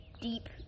deep